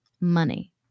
money